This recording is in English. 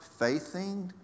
faithing